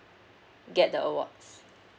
get the awards